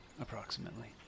approximately